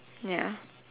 ya